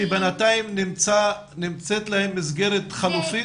שבינתיים נמצאת להם מסגרת חלופית?